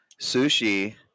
Sushi